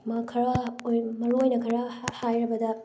ꯈꯔ ꯃꯔꯨ ꯑꯣꯏꯅ ꯈꯔ ꯍꯥꯏꯔꯕꯗ